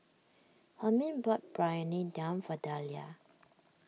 Hermine bought Briyani Dum for Dalia